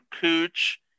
Cooch